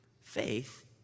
Faith